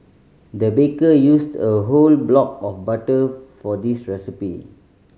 the baker used a whole block of butter for this recipe